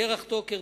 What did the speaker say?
ירח טוקר,